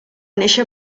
néixer